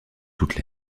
toutes